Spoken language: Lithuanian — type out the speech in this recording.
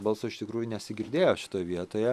balso iš tikrųjų nesigirdėjo šitoj vietoje